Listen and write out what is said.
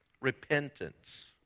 Repentance